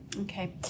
okay